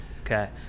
Okay